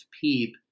PEEP